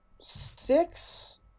six